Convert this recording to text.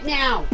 now